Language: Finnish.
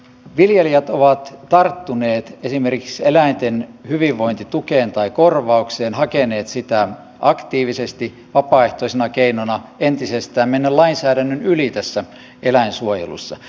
viljelijät ovat tarttuneet esimerkiksi eläinten hyvinvointitukeen tai korvaukseen hakeneet sitä aktiivisesti vapaaehtoisena keinona entisestään mennä lainsäädännön yli tässä eläinsuojelussa